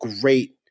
great